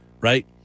right